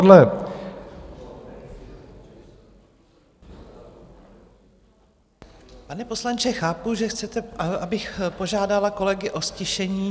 Pane poslanče, chápu, že chcete, abych požádala kolegy o ztišení.